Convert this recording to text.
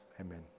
amen